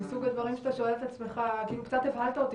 זה מסוג הדברים שאתה שואל את עצמך כי אם קצת הבהלת אותי